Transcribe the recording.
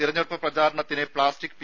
തിരഞ്ഞെടുപ്പ് പ്രചാരണത്തിന് plastic P